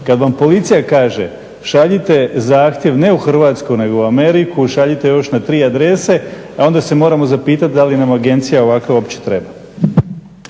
kada vam policija kaže šaljite zahtjev ne u Hrvatsku nego u Ameriku, šaljite još na tri adrese onda se moramo zapitati da li nam agencija ovakva uopće treba?